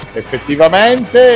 effettivamente